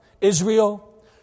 Israel